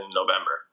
november